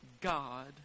God